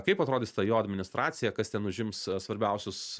kaip atrodys ta jo administracija kas ten užims svarbiausius